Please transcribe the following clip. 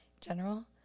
general